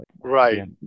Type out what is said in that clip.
right